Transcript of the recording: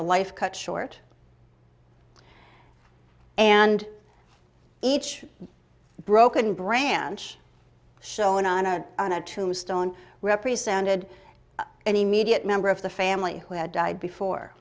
a life cut short and each broken branch shown on a on a tombstone represented any media member of the family who had died before